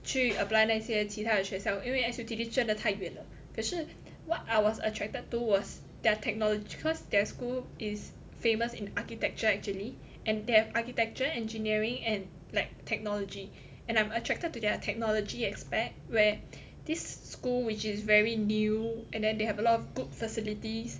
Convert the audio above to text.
去 apply 那些其他的学校因为 S_U_T_D 真的太远了可是 what I was attracted to was their technology because their school is famous in architecture actually and they've architecture engineering and like technology and I'm attracted to their technology aspect where this school which is very new and then they have a lot of good facilities